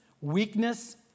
weakness